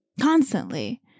constantly